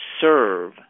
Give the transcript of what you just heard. serve